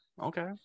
okay